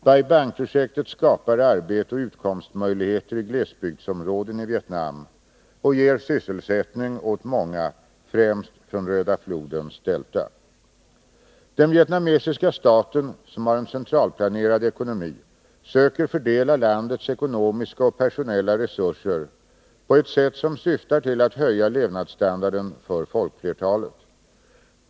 Bai Bang-projektet skapar arbete och utkomstmöjligheter i glesbygdsområden i Vietnam och ger sysselsättning åt många främst från Röda Flodens delta. Den vietnamesiska staten, som har en centralplanerad ekonomi, söker fördela landets ekonomiska och personella resurser på ett sätt som syftar till att höja levnadsstandarden för folkflertalet.